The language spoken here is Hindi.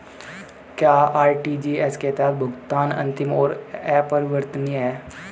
क्या आर.टी.जी.एस के तहत भुगतान अंतिम और अपरिवर्तनीय है?